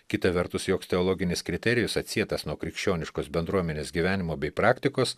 kita vertus joks teologinis kriterijus atsietas nuo krikščioniškos bendruomenės gyvenimo bei praktikos